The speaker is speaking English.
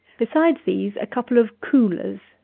besides these, a couple of coolers,